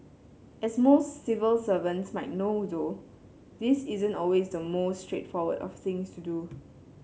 as most civil servants might know though this isn't always the most straightforward of things to do